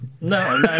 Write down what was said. No